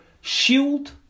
shield